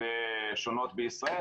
השונות בישראל.